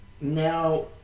now